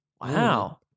wow